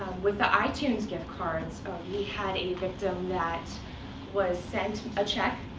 with the itunes gift cards, we had a victim that was sent a check,